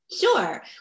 Sure